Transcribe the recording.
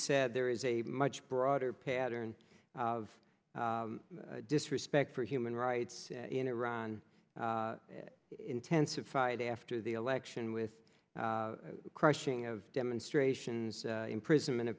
said there is a much broader pattern of disrespect for human rights in iran intensified after the election with crushing of demonstrations imprisonment o